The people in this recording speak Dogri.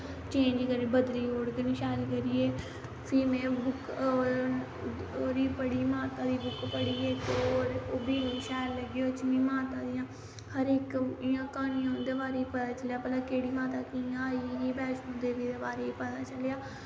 चेंज बदली ओड़गन शैल करिये फ्ही में बुक्क ओह्दी पढ़ी माता दी बुक्क पढ़ी इक होर ओह्बी शैल लग्गी ओह्दे च मिगी माता दियां हर इक इयां क्हानियां उंदे बारे च पता चलेआ भला केह्ड़ी माता कियां आई बैष्णो देवी दे बारे च पता चलेआ